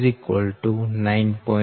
252 9